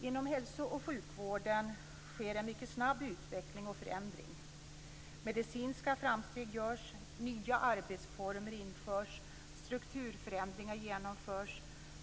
Inom hälso och sjukvården sker en mycket snabb utveckling och förändring. Medicinska framsteg görs. Nya arbetsformer införs. Strukturförändringar genomförs.